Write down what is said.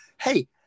hey